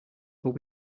but